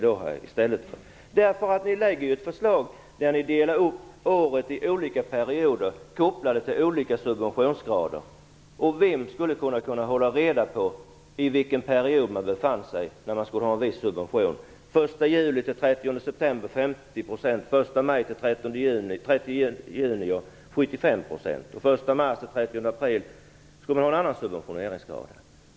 Ni lägger fram ett förslag där ni delar upp året i olika perioder kopplade till olika subventionsgrader. Vem skulle kunna hålla reda på i vilken period man befann sig när man skulle ha en viss subvention? Den 75 %, den 1 mars-den 30 april skulle man ha en annan subventioneringsgrad.